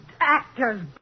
Actor's